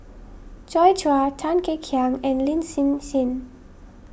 Joi Chua Tan Kek Hiang and Lin Hsin Hsin